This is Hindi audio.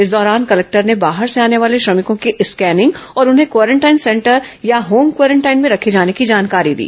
इस दौरान कलेक्टर ने बाहर से आने वाले श्रमिकों की स्कैनिंग और उन्हें क्वारेंटाइन सेंटर या होम क्वारेंटाइन में रखे जाने की जानकारी दी